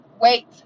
wait